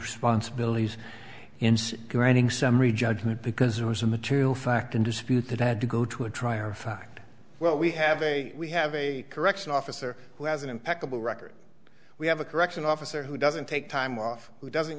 responsibilities in granting summary judgment because there was a material fact in dispute that had to go to a trial of fact well we have a we have a correction officer who has an impeccable record we have a corrections officer who doesn't take time off who doesn't